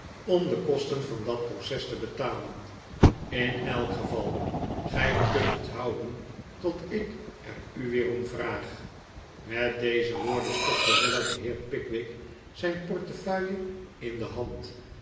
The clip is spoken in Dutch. om de kosten van dat proces te betalen in elk geval gij kunt het houden tot ik er u weer om vraag met deze woorden stopte weller den heer pickwick zijn portefeuille in de hand